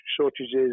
shortages